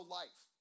life